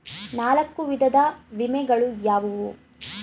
ನಾಲ್ಕು ವಿಧದ ವಿಮೆಗಳು ಯಾವುವು?